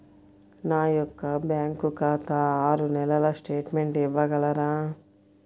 నా యొక్క బ్యాంకు ఖాతా ఆరు నెలల స్టేట్మెంట్ ఇవ్వగలరా?